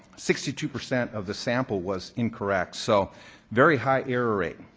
sixty two percent of the sample was incorrect, so very high error rate.